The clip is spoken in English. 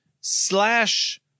slash